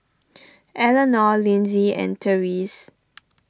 Elenore Linzy and therese